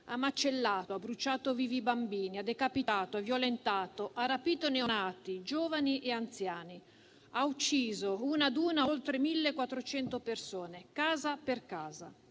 ha macellato, bruciato vivi bambini, decapitato, violentato e rapito neonati, giovani e anziani; ha ucciso una ad una oltre 1.400 persone, casa per casa.